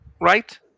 right